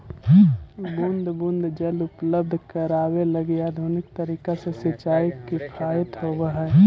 बूंद बूंद जल उपलब्ध करावे लगी आधुनिक तरीका से सिंचाई किफायती होवऽ हइ